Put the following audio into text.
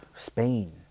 Spain